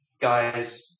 guys